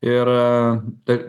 ir tai